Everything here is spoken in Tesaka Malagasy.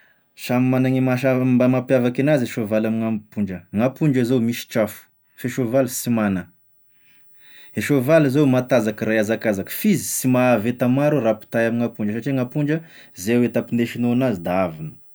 Samy magnagny mahasam- mba mampiavaky en'azy e soavaly amign'ampondra, gn'ampondra zao misy trafo, fa e soavaly sy mana, e soavaly zao matanzaky raha hiazakazaky f'izy sy mahavy eta maro raha ampitahay amign'ampondra satria gn'ampondra zay eta ampindesinao an'azy da aviny.